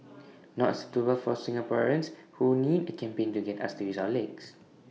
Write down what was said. not suitable for Singaporeans who need A campaign to get us to use our legs